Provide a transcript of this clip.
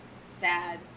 sad